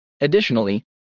Additionally